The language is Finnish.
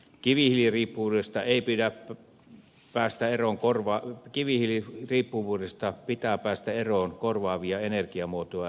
kivihiiliriippuvuudesta ei pidä päästä eroon korvaa kivihiilen riippuvuudesta pitää päästä eroon korvaavia energiamuotoja etsimällä